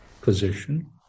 position